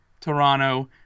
Toronto